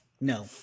No